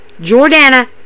Jordana